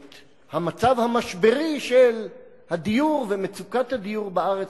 את המצב המשברי של הדיור ומצוקת הדיור בארץ,